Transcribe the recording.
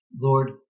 Lord